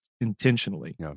intentionally